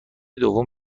دوم